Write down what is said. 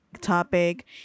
topic